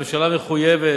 הממשלה מחויבת,